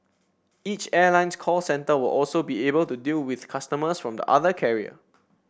each airline's call centre will also be able to deal with customers from the other carrier